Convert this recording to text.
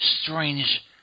Strange